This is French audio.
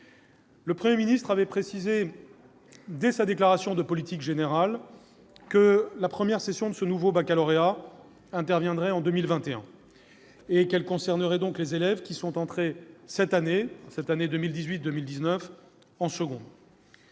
Le Premier ministre avait précisé, dès sa déclaration de politique générale, que la première session de ce nouveau baccalauréat interviendrait en 2021 et qu'elle concernerait donc les élèves entrés en classe de seconde